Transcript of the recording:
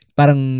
parang